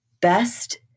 best